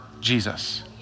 Jesus